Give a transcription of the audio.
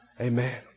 Amen